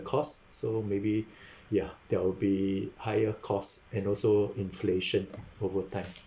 cost so maybe ya there will be higher cost and also inflation overtime